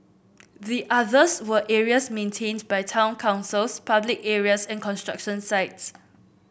the others were areas maintained by town councils public areas and construction sites